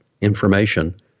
information